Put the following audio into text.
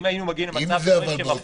אם היינו מגיעים למצב של מפגינים,